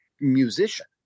musician